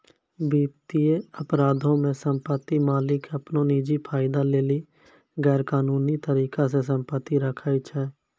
वित्तीय अपराधो मे सम्पति मालिक अपनो निजी फायदा लेली गैरकानूनी तरिका से सम्पति राखै छै